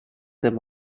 them